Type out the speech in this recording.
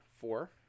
four